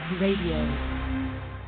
Radio